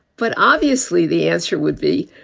but obviously, the answer would be,